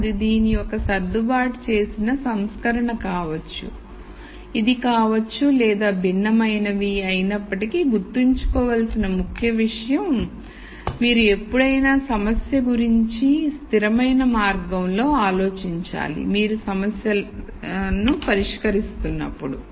అది దీని యొక్క సర్దుబాటు చేసిన సంస్కరణ కావచ్చు ఇది కావచ్చు లేదా భిన్నమైనవి అయినప్పటికీ గుర్తుంచుకోవలసిన ముఖ్యమైన విషయం మీరు ఎప్పుడైనా సమస్య గురించి స్థిరమైన మార్గంలో ఆలోచించాలి మీరు సమస్యను పరిష్కరిస్తున్నప్పుడు